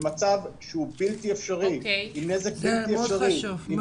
במצב שהוא בלתי אפשרי עם נזק בלתי אפשרי עם